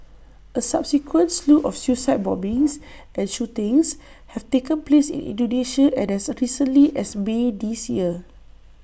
A subsequent slew of suicide bombings and shootings have taken place in Indonesia and as recently as may this year